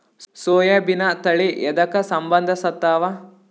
ಸೋಯಾಬಿನ ತಳಿ ಎದಕ ಸಂಭಂದಸತ್ತಾವ?